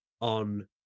on